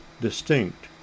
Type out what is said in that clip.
distinct